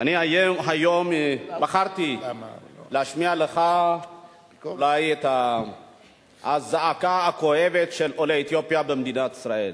היום בחרתי להשמיע לך את הזעקה הכואבת של עולי אתיופיה במדינת ישראל.